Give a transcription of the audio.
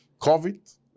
COVID